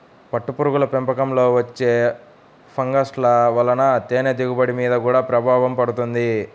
పట్టుపురుగుల పెంపకంలో వచ్చే ఫంగస్ల వలన తేనె దిగుబడి మీద గూడా ప్రభావం పడుతుంది